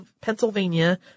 Pennsylvania